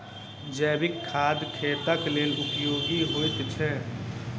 जैविक खाद खेतक लेल उपयोगी होइत छै